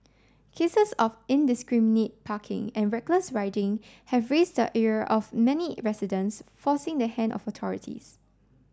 cases of indiscriminate parking and reckless riding have raised the ire of many residents forcing the hand of authorities